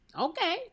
okay